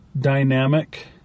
dynamic